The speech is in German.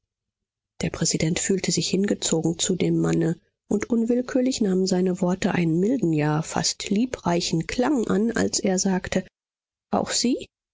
der präsident fühlte sich hingezogen zu dem manne und unwillkürlich nahmen seine worte einen milden ja fast liebreichen klang an als er sagte auch sie